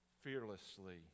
fearlessly